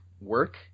work